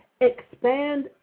expand